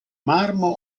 marmo